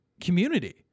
community